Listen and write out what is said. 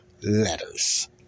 letters